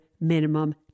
minimum